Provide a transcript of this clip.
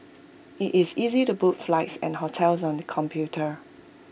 IT is easy to book flights and hotels on the computer